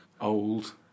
Old